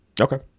okay